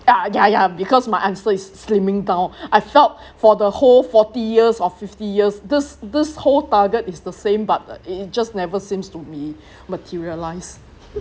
ah ya ya because my answer is slimming down I felt for the whole forty years or fifty years this this whole target is the same but it it just never seems to be materialised